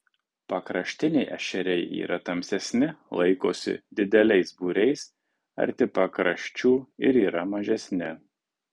pakraštiniai ešeriai yra tamsesni laikosi dideliais būriais arti pakraščių ir yra mažesni